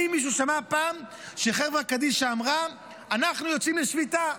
האם מישהו שמע פעם שחברת קדישא אמרה: אנחנו יוצאים לשביתה.